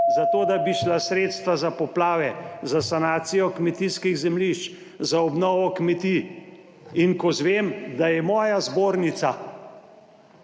zato da bi šla sredstva za poplave, za sanacijo kmetijskih zemljišč, za obnovo kmetij, in ko izvem, da so moja Zbornica,